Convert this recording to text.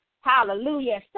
Hallelujah